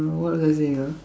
what was I saying ah